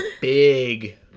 big